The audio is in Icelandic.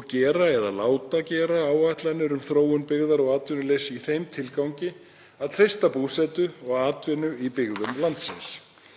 og gera eða láta gera áætlanir um þróun byggðar og atvinnulífs í þeim tilgangi að treysta búsetu og atvinnu í byggðum landsins.